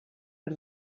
per